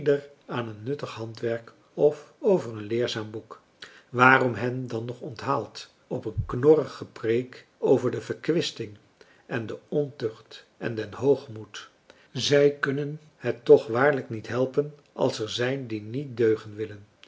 aan een nuttig handwerk of over een leerzaam boek waarom hen dan nog onthaald op een knorrige preek over de verkwisting en de ontucht en den hoogmoed zij kunnen het toch waarlijk niet helpen als er zijn die niet deugen willen